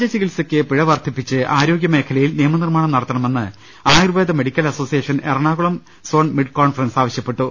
വ്യാജ ചികിത്സയ്ക്ക് പിഴ വർദ്ധിപ്പിച്ച് ആരോഗ്യ മേഖലയിൽ നിയമ നിർമ്മാണം നടത്തണമെന്ന് Ayurveda medical association Ernakulam zone mid conference ആവശ്യപ്പെട്ടു